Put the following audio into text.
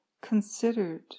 considered